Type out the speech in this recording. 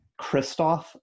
Kristoff